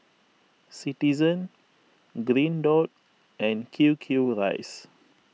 Citizen Green Dot and Q Q Rice